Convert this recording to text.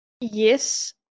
Yes